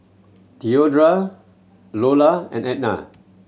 theodora Iola and Ednah